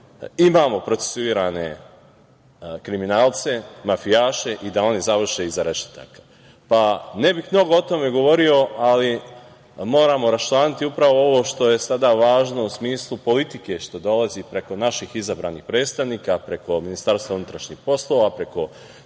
imamo procesuirane kriminalce, mafijaše i da oni završe iza rešetaka. Ne bih mnogo o tome govorio, ali moramo raščlaniti upravo ovo što je sada važno u smislu politike što dolazi preko naših izabranih predstavnika, preko MUP-a, preko